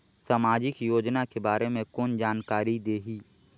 समाजिक योजना के बारे मे कोन जानकारी देही?